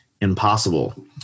impossible